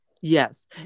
yes